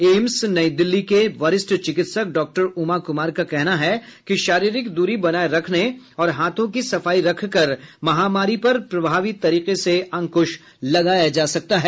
AIIMS नई दिल्ली में वरिष्ठ चिकित्सक डाक्टर उमा कुमार का कहना है कि शारीरिक दूरी बनाये रखने और हाथों की सफाई रखकर महामारी पर प्रभावी तरीके से अंकुश लगाया जा सकता है